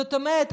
זאת אומרת,